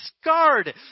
scarred